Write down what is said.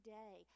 day